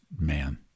man